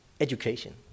education